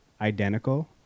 identical